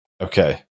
Okay